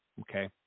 Okay